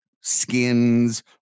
Skins